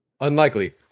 Unlikely